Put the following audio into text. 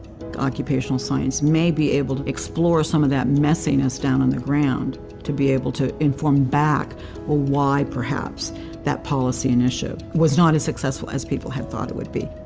occupational science may be able to explore some of that messiness down on the ground to be able to inform back, well why perhaps that policy in issue was not as successful as people had thought it would be.